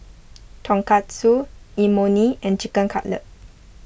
Tonkatsu Imoni and Chicken Cutlet